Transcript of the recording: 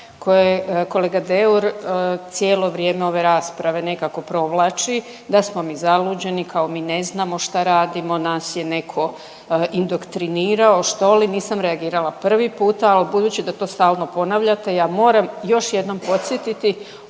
koje kolega Deur cijelo vrijeme ove rasprave nekako provlači da smo mi zaluđeni kao mi ne znamo šta radimo, nas je netko indoktrinirao što li, nisam reagirala prvi puta ali budući da to stalno ponavljate ja moram još jednom podsjetiti